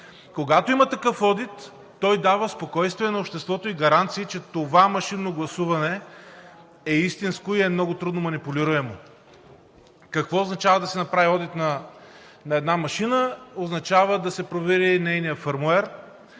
Когато има такъв одит, той дава спокойствие на обществото и гаранции, че това машинно гласуване е истинско и е много трудно манипулируемо. Какво означава да се направи одит на една машина? Означава да се провери нейният фърмуер,